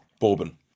bourbon